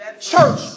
Church